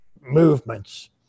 movements